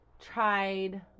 tried